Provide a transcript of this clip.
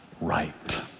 right